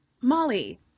Molly